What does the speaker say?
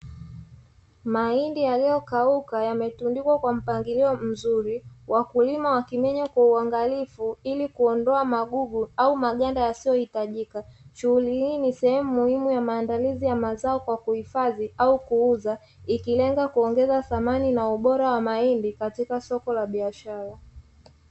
Mahindi yaliyokauka yametundikwa kwa mpangilio mzuri wakulima wakimenya kwa uangalifu ili kuondoa magugu au maganda yasiyohitajika. Shughuli hii ni sehemu muhimu ya maandalizi ya mazao kwa ajili ya kuhifadhi au kuuzwa, ikilenga kuongeza thamani na ubora wa mahindi katika soko la biashara.